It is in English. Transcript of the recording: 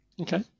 Okay